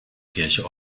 kirche